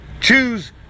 choose